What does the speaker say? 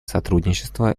сотрудничество